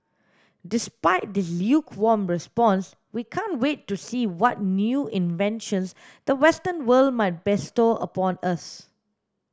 despite this lukewarm response we can't wait to see what new inventions the western world might bestow upon us